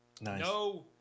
No